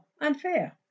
unfair